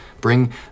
bring